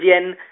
yen